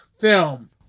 film